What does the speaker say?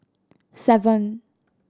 seven